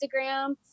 Instagram